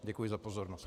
Děkuji za pozornost.